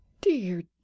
Dear